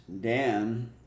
Dan